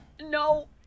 No